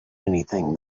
anything